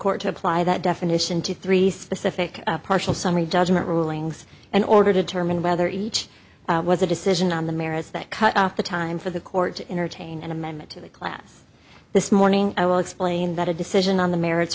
court to apply that definition to three specific partial summary judgment rulings in order to determine whether each was a decision on the merits that cut off the time for the court to entertain an amendment to the class this morning i will explain that a decision on the merits